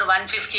150